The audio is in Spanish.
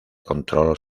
control